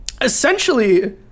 essentially